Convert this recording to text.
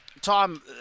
Tom